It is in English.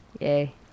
Yay